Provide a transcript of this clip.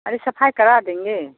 अरे सफ़ाई करा देंगे